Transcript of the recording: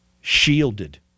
shielded